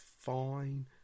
fine